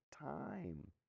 time